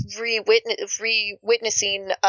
re-witnessing